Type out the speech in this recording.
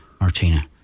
Martina